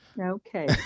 Okay